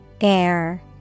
Air